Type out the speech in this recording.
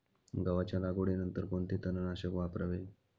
गव्हाच्या लागवडीनंतर कोणते तणनाशक वापरावे?